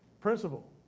principle